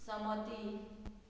समती